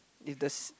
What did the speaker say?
if the